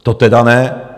To teda ne.